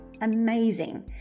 amazing